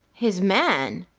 his man!